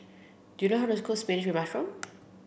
do you know how to cook spinach mushroom